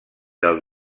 del